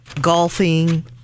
golfing